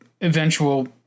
eventual